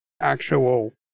actual